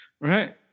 right